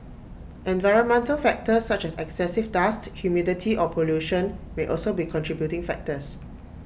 environmental factors such as excessive dust humidity or pollution may also be contributing factors